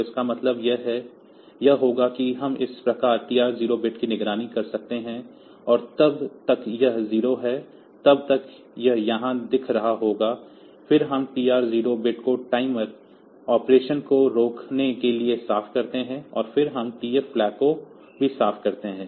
तो इसका मतलब यह होगा कि हम इस प्रकार TR0 बिट की निगरानी कर रहे हैं और जब तक यह 0 है तब तक यह यहाँ दिख रहा होगा फिर हम TR0 बिट को टाइमर ऑपरेशन को रोकने के लिए साफ़ करते हैं और फिर हम TF फ्लैग को भी साफ़ करते हैं